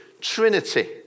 Trinity